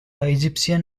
egyptian